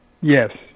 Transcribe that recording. Yes